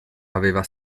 aveva